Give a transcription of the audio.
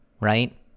right